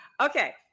Okay